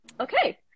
Okay